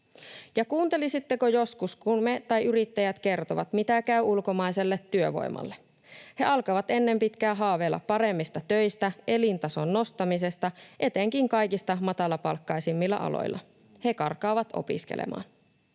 Kuuntelisitteko joskus, kun me kerromme tai yrittäjät kertovat, miten käy ulkomaiselle työvoimalle? He alkavat ennen pitkää haaveilla paremmista töistä, elintason nostamisesta, etenkin kaikista matalapalkkaisimmilla aloilla. He karkaavat opiskelemaan.